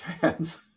fans